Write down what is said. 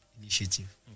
Initiative